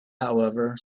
however